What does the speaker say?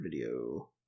video